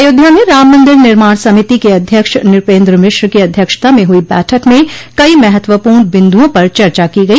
अयोध्या में राम मंदिर निर्माण समिति के अध्यक्ष नृपेन्द्र मिश्र की अध्यक्षता में हुई बैठक में कई महत्वपूर्ण बिन्दुओं पर चर्चा की गई